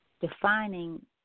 defining